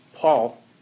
Paul